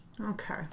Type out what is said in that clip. Okay